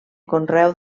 conreu